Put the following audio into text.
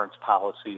policies